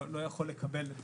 לא יכול לקבל את